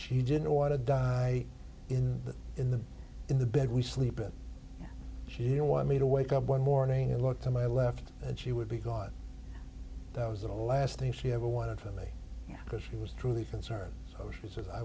she didn't want to die in the in the in the bed we sleep in she wanted me to wake up one morning and look to my left and she would because that was the last thing she ever wanted from me because she was truly concerned so she says i